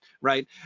right